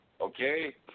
Okay